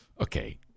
Okay